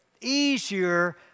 easier